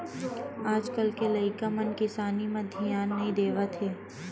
आज कल के लइका मन किसानी म धियान नइ देवत हे